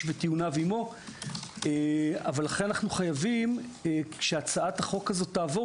וטיעוניו עימו אבל לכן אנו חייבים כשהצעת החוק הזו תעבור